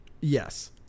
yes